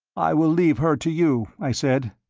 i will leave her to you, i said.